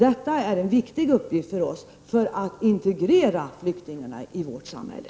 Detta är en viktig uppgift för oss när det gäller att integrera flyktingarna i vårt samhälle.